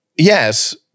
Yes